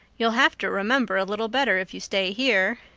you'll have to remember a little better if you stay here,